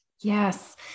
Yes